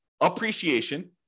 appreciation